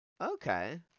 Okay